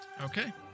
Okay